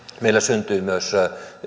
meillä syntyy myös